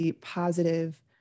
positive